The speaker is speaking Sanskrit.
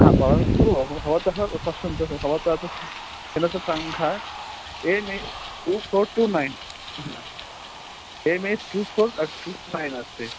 हा तदस्तु भवतः पश्यन्तु भवतः तु यानसङ्खा M H two four two nine हा M H two four two nine अस्ति